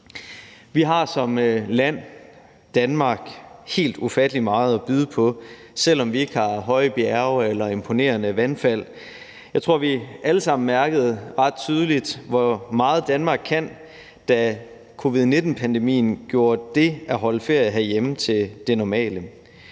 Vi har som land, Danmark, helt ufattelig meget at byde på, selv om vi ikke har høje bjerge eller imponerende vandfald. Jeg tror, at vi allesammen mærkede ret tydeligt, hvor meget Danmark kan, da covid-19-pandemien gjorde det at holde ferie herhjemme til det normale.